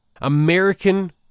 American